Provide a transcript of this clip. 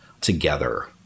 together